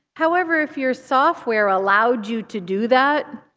however, if your software allowed you to do that,